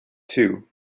two